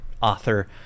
author